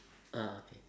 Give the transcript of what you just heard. ah okay